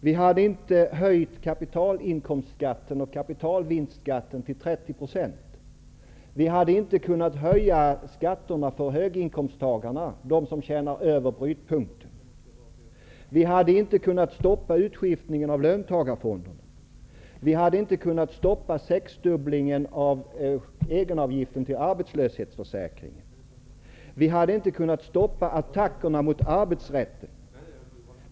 Vi hade inte höjt kapitalinkomstskatten och kapitalvinstskatten till 30 %. Vi hade inte kunnat höja skatterna för höginkomsttagarna, dvs. de som har inkomster över brytpunkten. Vi hade inte kunnat stoppa utskiftningen av löntagarfonderna. Vi hade inte kunnat stoppa sexdubblingen av egenavgifterna till arbetslöshetsförsäkringen. Vi hade inte kunnat stoppa attackerna mot arbetsrätten.